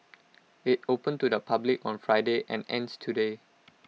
IT opened to the public on Friday and ends today